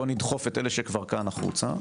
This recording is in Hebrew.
בואו נדחוף את אלה שכבר כאן החוצה.